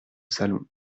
salon